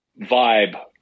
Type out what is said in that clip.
vibe